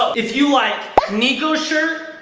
if you like niko's shirt,